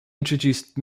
introduced